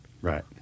Right